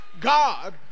God